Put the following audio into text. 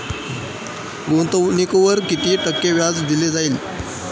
गुंतवणुकीवर किती टक्के व्याज दिले जाईल?